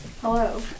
Hello